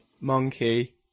Monkey